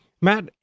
Matt